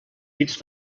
pits